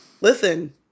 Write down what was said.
listen